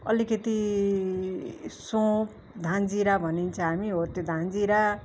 अलिकति सोँप धानजीरा भनिन्छ हामी हो त्यो धानजीरा